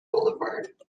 boulevard